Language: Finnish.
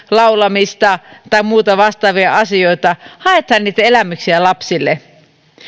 laulamista tai muita vastaavia asioita haetaan niitä elämyksiä lapsille